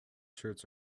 shirts